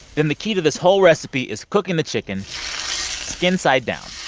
then the key to this whole recipe is cooking the chicken skin-side down